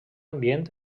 ambient